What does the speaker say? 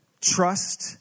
trust